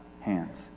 hands